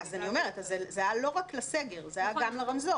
זה היה לא רק לסגר, זה היה גם ל"רמזור".